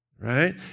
Right